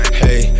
hey